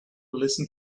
listen